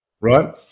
Right